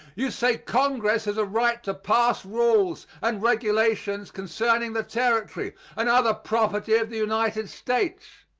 you say congress has a right to pass rules and regulations concerning the territory and other property of the united states.